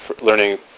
learning